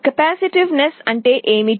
capacitance అంటే ఏమిటి